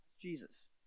Jesus